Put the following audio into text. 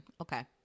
okay